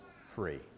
free